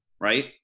right